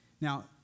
Now